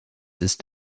ist